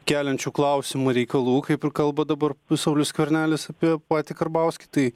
keliančių klausimų reikalų kaip ir kalba dabar saulius skvernelis apie patį karbauskį tai